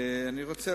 אני רוצה